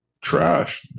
trash